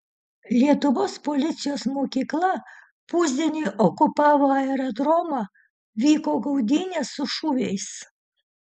lietuvos policijos mokykla pusdieniui okupavo aerodromą vyko gaudynės su šūviais